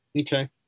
Okay